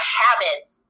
habits